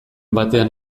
batean